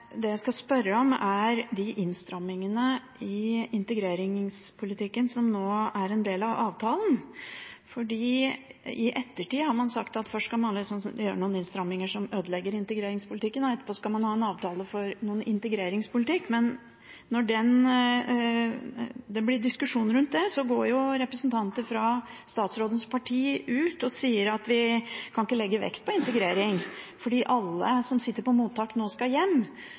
Det jeg skal spørre om, er innstrammingene i integreringspolitikken som nå er en del av avtalen. I ettertid har man sagt at først skal man gjøre noen innstramminger som ødelegger integreringspolitikken, og etterpå skal man ha en avtale for en integreringspolitikk. Men når det blir diskusjon rundt det, går representanter fra statsrådens parti ut og sier at vi kan ikke legge vekt på integrering, fordi alle som sitter på mottak nå, skal hjem.